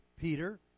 Peter